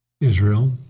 Israel